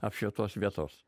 apšvietos vietos